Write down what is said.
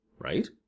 right